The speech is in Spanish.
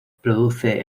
produce